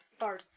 farts